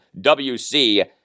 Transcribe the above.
WC